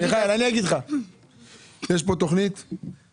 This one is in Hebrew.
מיכאל, אני אגיד לך, תקשיב, מיכאל,